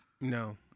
No